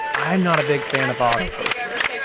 i am not a big fan of auto posters